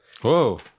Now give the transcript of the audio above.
whoa